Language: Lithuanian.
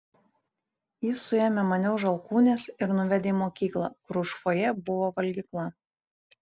jis suėmė mane už alkūnės ir nuvedė į mokyklą kur už fojė buvo valgykla